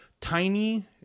tiny